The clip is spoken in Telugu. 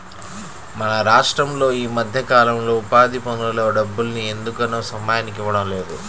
మన రాష్టంలో ఈ మధ్యకాలంలో ఉపాధి పనుల డబ్బుల్ని ఎందుకనో సమయానికి ఇవ్వడం లేదు